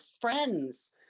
friends